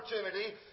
opportunity